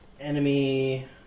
enemy